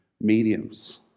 mediums